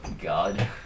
God